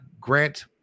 grant